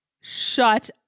Shut